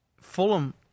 Fulham